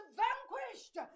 vanquished